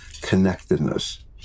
connectedness